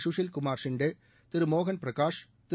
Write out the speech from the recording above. குஷில் கமார் ஷிண்டே திரு மோகன் பிரகாஷ் திரு